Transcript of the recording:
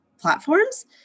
platforms